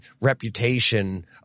reputation